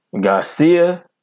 Garcia